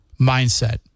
mindset